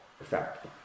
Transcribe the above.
effect